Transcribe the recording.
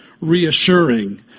reassuring